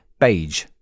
beige